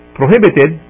prohibited